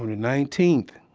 nineteenth.